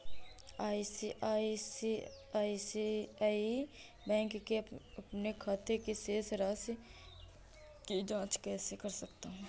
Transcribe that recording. मैं ICICI bank के अपने खाते की शेष राशि की जाँच कैसे कर सकता हूँ?